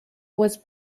was